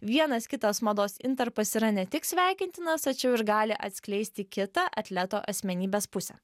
vienas kitas mados intarpas yra ne tik sveikintinas tačiau ir gali atskleisti kitą atleto asmenybės pusę